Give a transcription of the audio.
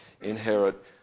inherit